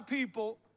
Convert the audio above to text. people